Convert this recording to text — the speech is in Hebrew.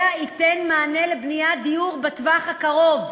אלא ייתן מענה לבניית דיור בטווח הזמן הקרוב,